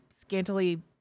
scantily